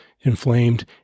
inflamed